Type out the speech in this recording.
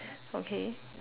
okay